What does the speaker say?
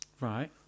right